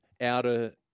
outer